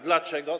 Dlaczego?